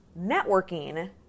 Networking